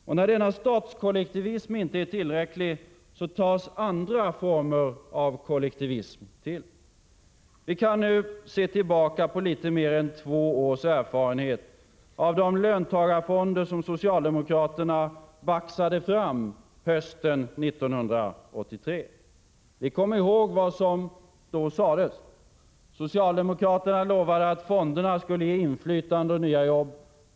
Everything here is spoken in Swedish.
Och när denna statskollektivism inte är tillräcklig, tas andra former av kollektivism till. Vi kan nu se tillbaka på litet mer än två års erfarenhet av de löntagarfonder som socialdemokraterna baxade fram hösten 1983. Vi kommer ihåg vad som då sades. Socialdemokraterna lovade att fonderna skulle ge inflytande och nya jobb.